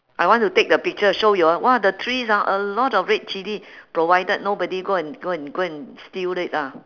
I want to take the picture show you all !wah! the trees ah a lot of red chilli provided nobody go and go and go and steal it lah